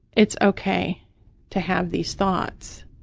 it's okay to have these thoughts.